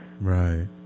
Right